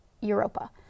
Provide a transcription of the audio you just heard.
Europa